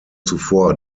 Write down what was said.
zuvor